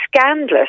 scandalous